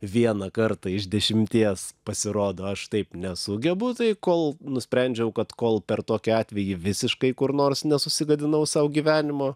vieną kartą iš dešimties pasirodo aš taip nesugebu tai kol nusprendžiau kad kol per tokį atvejį visiškai kur nors nesusigadinau sau gyvenimo